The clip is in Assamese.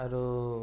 আৰু